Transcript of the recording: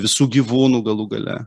visų gyvūnų galų gale